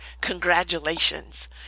congratulations